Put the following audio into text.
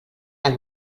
del